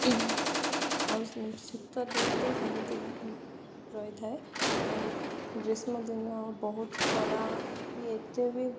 ଆଉ ଶୀତ ଦିନ ତ ସେମିତି ରହିଥାଏ ଆଉ ଗ୍ରୀଷ୍ମ ଦିନ ବହୁତ ଖରା ବି ଏତେ ବି